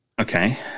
Okay